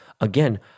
again